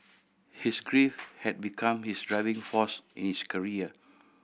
his grief had become his driving force in his career